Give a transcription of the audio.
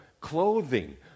clothing